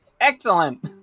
Excellent